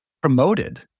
promoted